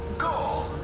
go,